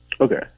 Okay